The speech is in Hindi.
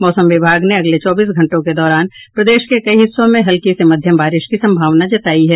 मौसम विभाग ने अगले चौबीस घंटों के दौरान प्रदेश के कई हिस्सों में हल्की से मध्यम बारिश की संभावना जतायी है